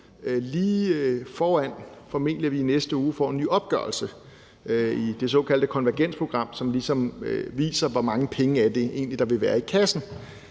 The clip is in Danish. i næste uge – får en ny opgørelse i det såkaldte konvergensprogram, som viser, hvor mange penge der egentlig vil være i kassen.